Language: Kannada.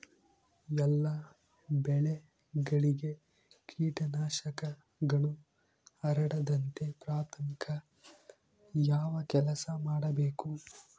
ಎಲ್ಲ ಬೆಳೆಗಳಿಗೆ ಕೇಟನಾಶಕಗಳು ಹರಡದಂತೆ ಪ್ರಾಥಮಿಕ ಯಾವ ಕೆಲಸ ಮಾಡಬೇಕು?